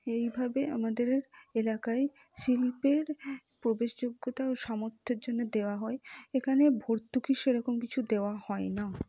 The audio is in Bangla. এইভাবে আমাদের এলাকায় শিল্পের প্রবেশযোগ্যতা ও সামর্থের জন্য দেওয়া হয় এখানে ভর্তুকি সেরকম কিছু দেওয়া হয় না